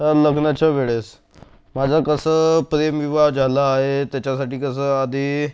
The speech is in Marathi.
लग्नाच्या वेळेस माझा कसं प्रेम विवाह झाला आहे त्याच्यासाठी कसं आधी